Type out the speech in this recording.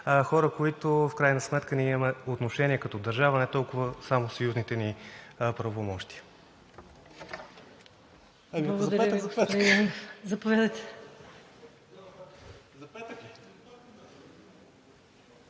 хора, към които в крайна сметка имаме отношение като държава, а не толкова само съюзните ни правомощия?